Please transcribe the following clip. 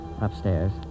Upstairs